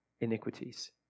iniquities